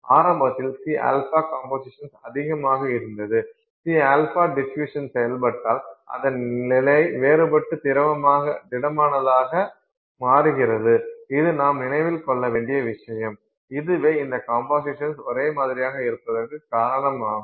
ஆரம்பத்தில் Cα composition அதிகமாக இருந்தது Cα டிஃப்யுசன் செயல்பாட்டால் அதன் நிலை வேறுபட்டு திரவ திடமானதாக மாறுகிறது இது நாம் நினைவில் கொள்ள வேண்டிய விஷயம் இதுவே இந்த கம்போசிஷன் ஒரே மாதிரியாக இருப்பதற்கு காரணமாகும்